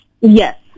Yes